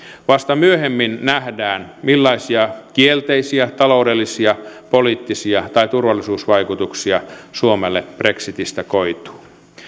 vasta myöhemmin nähdään millaisia kielteisiä taloudellisia poliittisia tai turvallisuusvaikutuksia suomelle brexitistä koituu